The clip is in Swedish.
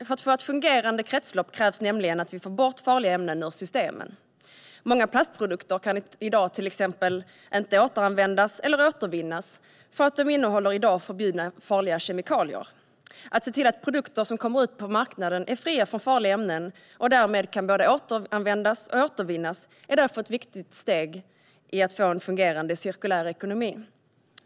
För att få ett fungerande kretslopp krävs nämligen att vi får bort farliga ämnen ur systemen. Många plastprodukter kan till exempel inte återanvändas eller återvinnas för att de innehåller i dag förbjudna, farliga kemikalier. Att se till att produkter som kommer ut på marknaden är fria från farliga ämnen och därmed kan både återanvändas och återvinnas är därför ett viktigt steg i att få en fungerande cirkulär ekonomi.